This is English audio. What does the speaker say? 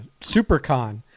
Supercon